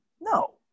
No